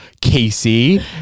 Casey